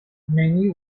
many